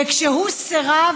וכשהוא סירב,